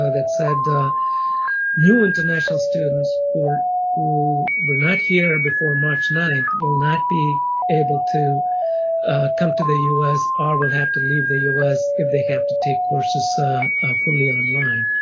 ah that said, new international students who were who were not here before march nine, will not be able to come to the us or will have to leave the us if they have to take courses fully online.